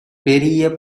பெரிய